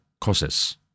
causes